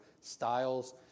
styles